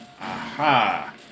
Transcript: Aha